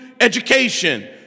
education